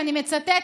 ואני מצטטת: